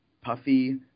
puffy